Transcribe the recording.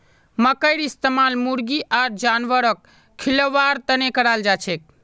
मखईर इस्तमाल मुर्गी आर जानवरक खिलव्वार तने कराल जाछेक